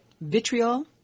vitriol